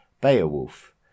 Beowulf